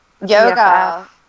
yoga